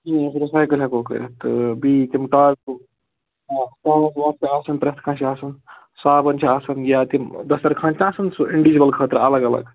یُس رِسایکٕل ہیٚکو کٔرِتھ تہٕ بیٚیہِ تِم ٹاپہٕ ژور پٲنٛژ چھِ آسان پرٛتھ کانٛہہ چھُ آسان صابَن چھِ آسان یا تِم دَسترخان چھُناہ آسان سُہ اِنڈیوجوَل خٲطرٕ اَلگ اَلگ